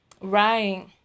Right